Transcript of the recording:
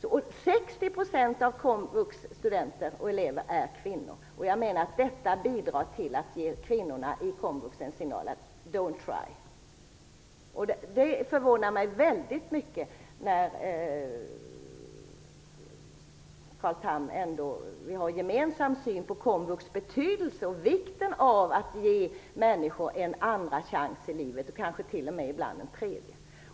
60 % av komvux studenter och elever är kvinnor. Jag menar att detta bidrar till att ge kvinnorna i komvux en signal - Detta förvånar mig väldigt mycket, när Carl Tham ändå säger att vi har en gemensam syn på komvux betydelse och vikten av att ge människor en andra chans i livet, och kanske ibland till och med en tredje.